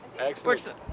Excellent